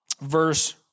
verse